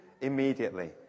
immediately